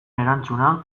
erantzuna